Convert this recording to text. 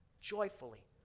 joyfully